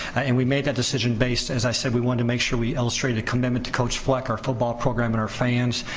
and we made that decision based, as i said, we wanted to make sure we illustrated a commitment to coach fleck, our football program and our fans.